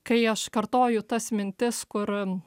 kai aš kartoju tas mintis kur